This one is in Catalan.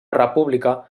república